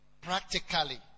Practically